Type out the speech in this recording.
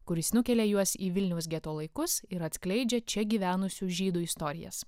kuris nukelia juos į vilniaus geto laikus ir atskleidžia čia gyvenusių žydų istorijas